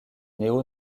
néo